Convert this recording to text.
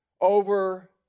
Over